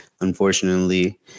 Unfortunately